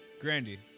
Grandy